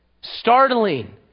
startling